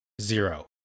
Zero